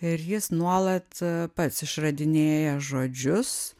ir jis nuolat pats išradinėja žodžius